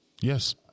Yes